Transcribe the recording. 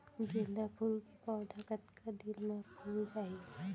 गेंदा फूल के पौधा कतका दिन मा फुल जाही?